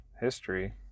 history